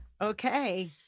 okay